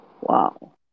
Wow